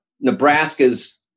Nebraska's